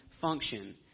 function